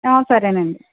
సరేనండి